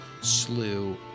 slew